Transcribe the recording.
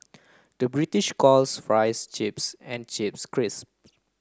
the British calls fries chips and chips crisps